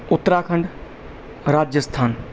Uttarakhand Rajasthan